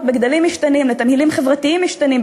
בגדלים משתנים לתמהילים חברתיים משתנים,